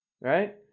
right